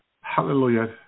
Hallelujah